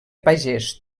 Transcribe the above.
pagès